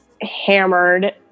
hammered